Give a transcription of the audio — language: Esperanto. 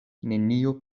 nenio